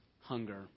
hunger